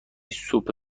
سوپ